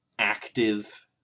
Active